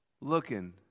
looking